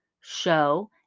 show